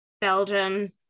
belgium